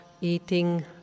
eating